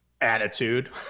attitude